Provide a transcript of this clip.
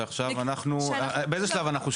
ועכשיו אנחנו באיזה שלב אנחנו?